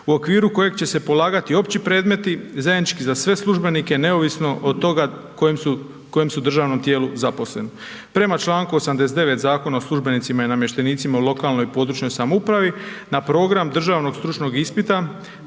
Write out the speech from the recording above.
u okviru kojeg će se polagati opći predmeti zajednički za sve službenike neovisno od toga u kojem su državnom tijelu zaposleni. Prema Članku 89. Zakona o službenicima i namještenicima u lokalnoj i područnoj samoupravi na program državnog stručnog ispita,